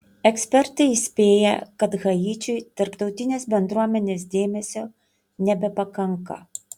ekspertai įspėja kad haičiui tarptautinės bendruomenės dėmesio nebepakanka